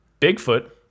Bigfoot